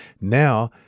Now